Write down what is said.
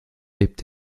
lebt